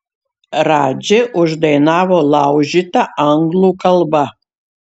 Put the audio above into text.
radži uždainavo laužyta anglų kalba